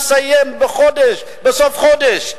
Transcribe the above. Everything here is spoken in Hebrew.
איך לסיים בסוף חודש.